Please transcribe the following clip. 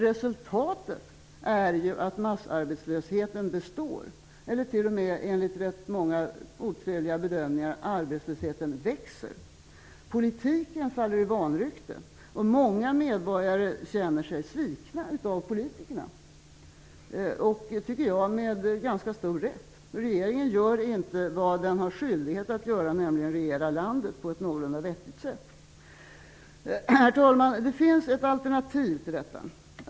Resultatet är att massarbetslösheten består eller t.o.m. växer, enligt rätt många otrevliga bedömningar. Politiken faller i vanrykte, och många medborgare känner sig svikna av politikerna - med ganska stor rätt, tycker jag. Regeringen gör inte vad den har skyldighet att göra, nämligen regera landet på ett någorlunda vettigt sätt. Herr talman! Det finns ett alternativ till detta.